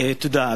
תודה.